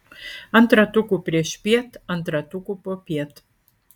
ant ratukų priešpiet ant ratukų popiet